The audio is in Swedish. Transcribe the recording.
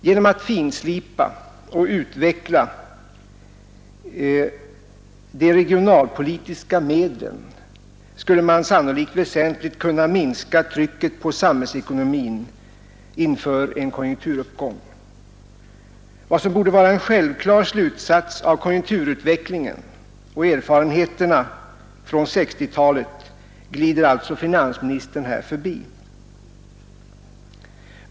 Genom att finslipa och utveckla de regionalpolitiska medlen skulle man sannolikt väsentligt kunna minska trycket på samhällsekonomin inför en konjunkturuppgång. Vad som borde vara en självklar slutsats av konjunkturutvecklingen och erfarenheterna från 1960-talet glider alltså finansministern här förbi.